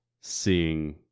seeing